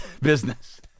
business